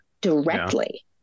directly